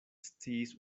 sciis